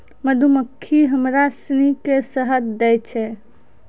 मधुमक्खी हमरा सिनी के शहद दै छै